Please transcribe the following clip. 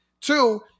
Two –